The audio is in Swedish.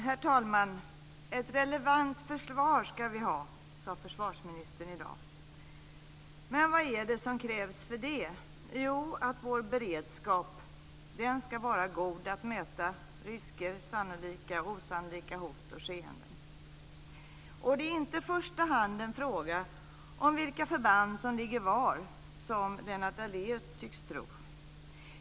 Herr talman! Ett relevant försvar ska vi ha, sade försvarsministern i dag. Men vad är det som krävs för det? Jo, att vår beredskap är god när det gäller att möta risker och sannolika och osannolika hot och skeenden. Det är inte i första hand en fråga om vilka förband som ligger var, som Lennart Daléus tycks tro.